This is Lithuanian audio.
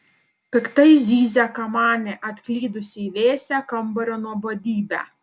piktai zyzia kamanė atklydusi į vėsią kambario nuobodybę